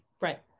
Right